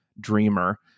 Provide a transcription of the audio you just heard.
dreamer